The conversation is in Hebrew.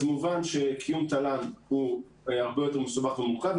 אז מובן שקיום תל"ן הוא הרבה יותר מסובך וממוקד.